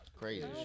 Crazy